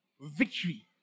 victory